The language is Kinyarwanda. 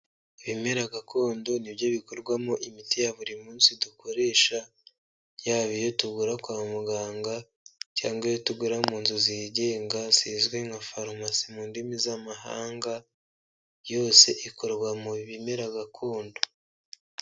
Ibimera gakondo nibyo bikorwamo imiti ya buri munsi dukoresha, yaba iyo tugura kwa muganga cyangwa iyo tugura mu nzu zigenga zizwi nka pharmacy mu ndimi z'amahanga. Yose ikorwa mu bimera gakondo.